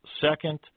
second